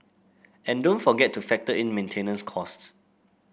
and don't forget to factor in maintenance costs